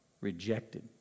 rejected